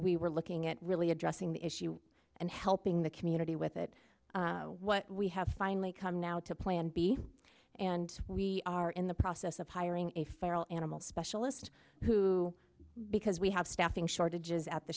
we were looking at really addressing the issue and helping the community with it what we have finally come now to plan b and we are in the process of hiring a feral animal specialist who because we have staffing shortages at the